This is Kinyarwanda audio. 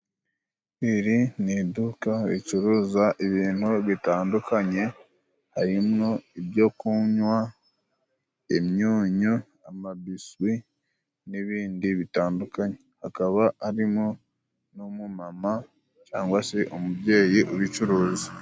Iri ni iduka ricuruza ibintu bitandukanye，harimo ibyo kunywa，imyunyu，biswi n'ibindi bitandukanye. Hakaba harimo umuntu cangwa se umubyeyi ubicuruza.